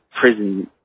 prison